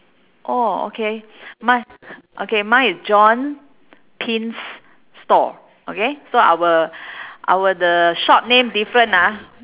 orh okay mi~ okay mine is john pin's store okay so our our the shop name different ah